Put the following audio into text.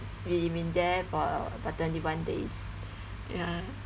we been there for about twenty one days ya